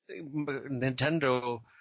Nintendo